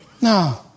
No